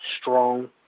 strong